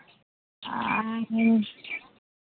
ᱟᱨ